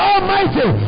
Almighty